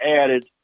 added